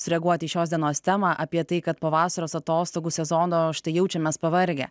sureaguoti į šios dienos temą apie tai kad po vasaros atostogų sezono štai jaučiamės pavargę